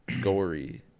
gory